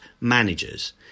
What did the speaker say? managers